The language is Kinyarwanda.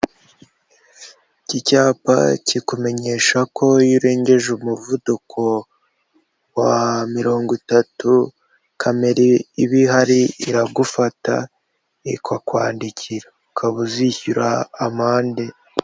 Iki cyapa kikumenyesha ko iyo urengeje umuvuduko wa mirongo itatu, kamera iba ihari iragufata ikakwandikira ukaba uzishyura amande.